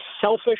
selfish